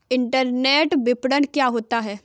Internet विपणन क्या होता है?